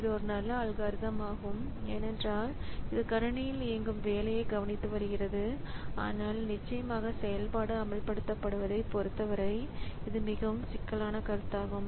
இது ஒரு நல்ல அல்காரிதம் ஆகும் ஏனென்றால் இது கணினியில் இயங்கும் வேலையையும் கவனித்து வருகிறது ஆனால் நிச்சயமாக செயல்பாடு அமல்படுத்தப்படுவதைப் பொறுத்தவரை இது மிகவும் சிக்கலான கருத்தாகும்